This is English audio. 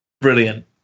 Brilliant